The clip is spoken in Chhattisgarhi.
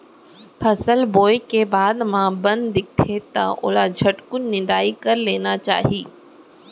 फसल बोए के बाद म बन दिखथे त ओला झटकुन निंदाई कर लेना चाही